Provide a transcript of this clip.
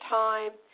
time